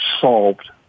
solved